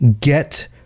get